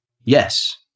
Yes